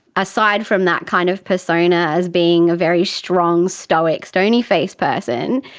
aside from that kind of persona as being a very strong, stoic, stony-faced person,